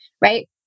right